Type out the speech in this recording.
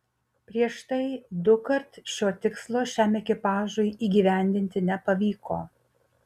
prieš tai dukart šio tikslo šiam ekipažui įgyvendinti nepavyko